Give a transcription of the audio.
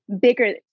bigger